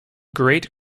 great